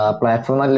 platform